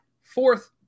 fourth